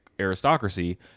Aristocracy